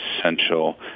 essential